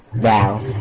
while